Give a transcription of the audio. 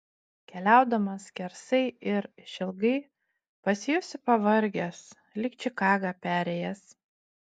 keliaudamas skersai ir išilgai pasijusi pavargęs lyg čikagą perėjęs